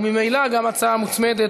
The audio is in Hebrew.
וממילא, גם ההצעה המוצמדת,